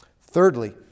Thirdly